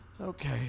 Okay